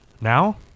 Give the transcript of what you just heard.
now